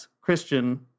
Christian